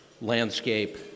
landscape